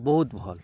ବହୁତ ଭଲ